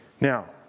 Now